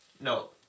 No